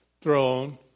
throne